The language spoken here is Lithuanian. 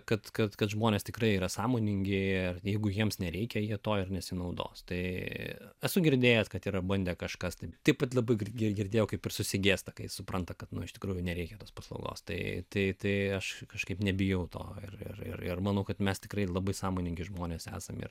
kad kad kad žmonės tikrai yra sąmoningi ir jeigu jiems nereikia jie to ir nesinaudos tai esu girdėjęs kad yra bandę kažkas tai taip pat labai greitai ir girdėjau kaip ir susigėsta kai supranta kad nu iš tikrųjų nereikia tos paslaugos tai tai aš kažkaip nebijau to ir ir manau kad mes tikrai labai sąmoningi žmonės esam ir